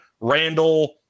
randall